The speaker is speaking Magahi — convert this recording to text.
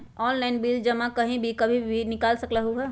ऑनलाइन बिल जमा कहीं भी कभी भी बिल निकाल सकलहु ह?